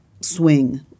swing